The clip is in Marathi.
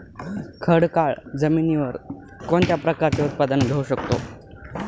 खडकाळ जमिनीवर कोणत्या प्रकारचे उत्पादन घेऊ शकतो?